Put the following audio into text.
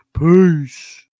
Peace